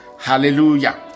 Hallelujah